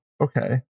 okay